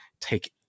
take